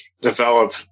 develop